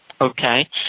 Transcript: Okay